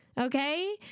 Okay